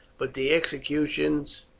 but the executions